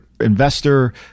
investor